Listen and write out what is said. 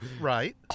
Right